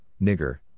nigger